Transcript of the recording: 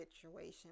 situation